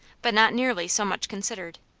but not nearly so much considered.